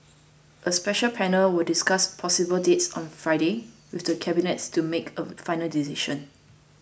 a special panel will discuss possible dates on Friday with the cabinet to make a final decision